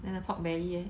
then the pork belly leh